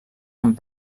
amb